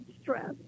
stress